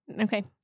Okay